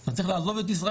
אז הוא צריך לעזוב את ישראל.